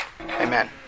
Amen